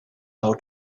how